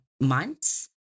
months